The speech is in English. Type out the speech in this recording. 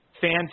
fans